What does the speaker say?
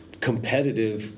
competitive